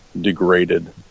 degraded